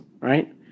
right